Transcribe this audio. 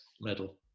medal